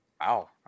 Wow